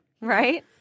Right